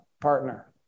partner